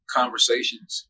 conversations